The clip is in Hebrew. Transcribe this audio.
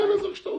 האוצר.